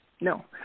No